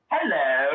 Hello